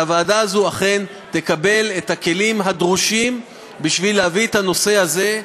והוועדה הזאת אכן תקבל את הכלים הדרושים כדי להביא את הנושא הזה,